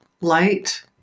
light